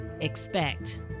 Expect